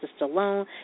Stallone